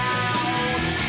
out